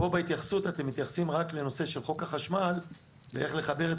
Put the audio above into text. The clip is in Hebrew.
ופה בהתייחסות אתם מתייחסים רק לנושא של חוק החשמל ואיך לחבר את